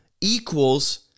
equals